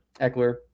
Eckler